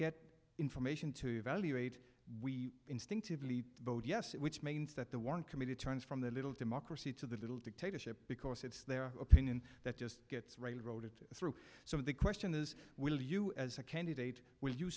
get information to evaluate we instinctively vote yes which means that the war in committed turns from the little democracy to the little dictatorship because it's their opinion that just gets railroaded through so the question is will you as a candidate will you